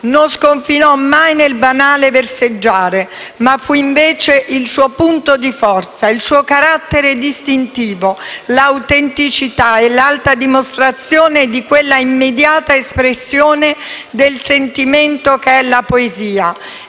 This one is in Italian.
non sconfinò mai nel banale verseggiare, ma fu invece il suo punto di forza, il suo carattere distintivo, l'autentica e l'alta dimostrazione di quella immediata espressione del sentimento che è la poesia.